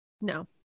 No